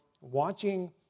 watching